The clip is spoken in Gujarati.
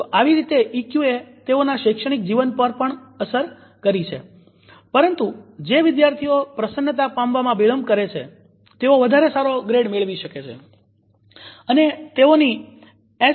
તો આવી રીતે ઈક્યુએ તેઓના શૈક્ષણિક જીવન પર અસર કરી છે પરંતુ જે વિદ્યાર્થીઓ પ્રસન્નતા પામવામાં વિલંબ કરે છે તેઓ વધારે સારો ગ્રેડ મેળવી શકે છે અને તેઓની એસ